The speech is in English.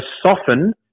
soften